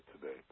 today